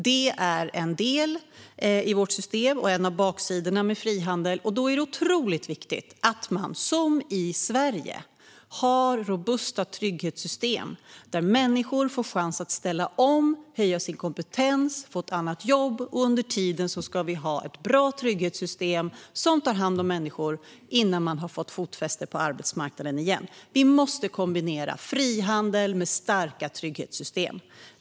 Det är en del i vårt system och en av baksidorna med frihandel, och det gör det otroligt viktigt att man - som i Sverige - har robusta trygghetssystem där människor får chans att ställa om, höja sin kompetens och få ett annat jobb. Det ska finnas ett bra trygghetssystem som tar hand om människor innan de har fått fotfäste på arbetsmarknaden igen. Vi måste kombinera frihandel med starka trygghetssystem.